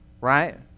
right